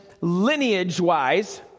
lineage-wise